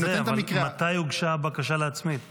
מתי הוגשה הבקשה להצמיד?